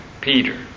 Peter